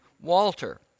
Walter